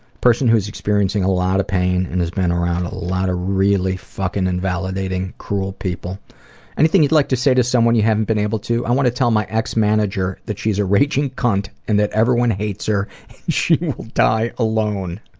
person who is experiencing a lot of pain and has been around a lot of really fucking invalidating, cruel people anything you'd like to say to someone that you haven't been able to? i want to tell my ex-manager that she is a raging cunt and that everyone hates her and she will die alone.